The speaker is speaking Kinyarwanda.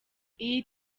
iyi